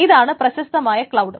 ഇതാണ് പ്രശസ്തമായ ക്ലൌഡ്